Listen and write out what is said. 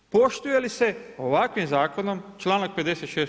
Poštuje li se ovakvim Zakonom čl. 56.